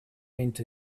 into